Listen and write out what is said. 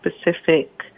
specific